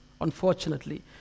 Unfortunately